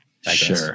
Sure